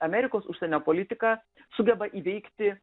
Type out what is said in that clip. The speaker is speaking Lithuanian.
amerikos užsienio politika sugeba įveikti